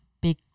big